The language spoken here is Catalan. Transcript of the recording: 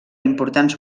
importants